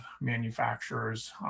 manufacturers